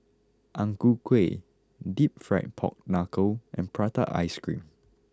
Ang Ku Kueh Deep Fried Pork Knuckle and Prata Ice Cream